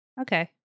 okay